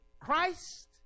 Christ